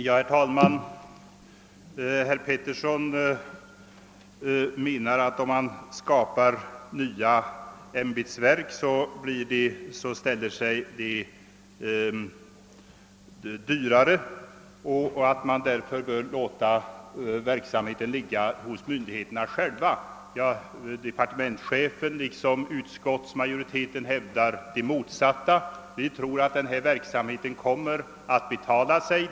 Herr talman! Herr Petersson menar att om man skapar nya ämbetsverk ställer det sig dyrare och att man därför bör låta verksamheten ombesörjas av myndigheterna själva. Departementschefen liksom utskottsmajoriteten hävdar den motsatta uppfattningen: vi tror att det kommer att betala sig att inrätta detta verk.